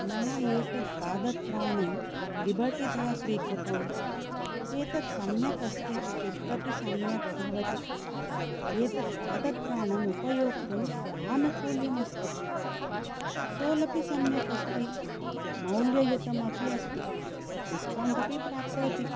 मया एतत् पादत्राणं लिबर्टीतः स्वीकृतं एतत् सम्यक् अस्ति फ़िट् अपि सम्यक् भवति एतत् पादत्राणं उपयोक्तुं आनुकूल्यं अस्ति सोलपि सम्यक् अस्ति मौल्ययुतम् अपि अस्ति डिस्कौण्ट् अपि प्राप्तवती